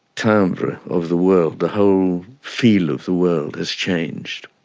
timbre of the world, the whole feel of the world has changed.